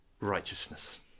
righteousness